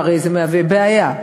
והרי זה מהווה בעיה,